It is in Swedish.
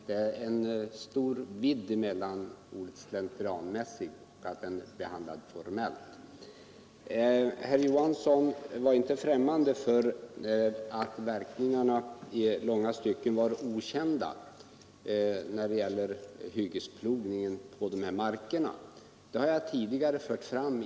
Det är stor skillnad mellan att frågan behandlats slentrianmässigt och att den är behandlad formellt. Herr Johansson var inte främmande för att verkningarna i långa stycken kan vara okända när det gäller hyggesplogning på de marker jag talade om.